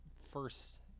first